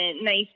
nice